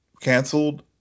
canceled